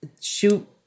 shoot